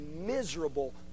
miserable